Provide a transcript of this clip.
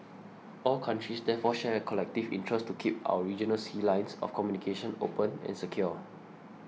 all countries therefore share a collective interest to keep our regional sea lines of communication open and secure